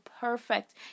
perfect